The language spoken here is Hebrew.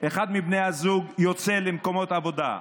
אחד מבני הזוג יוצא למקום עבודה,